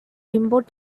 import